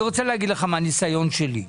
מהניסיון שלי,